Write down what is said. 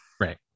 Right